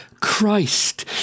Christ